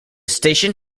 station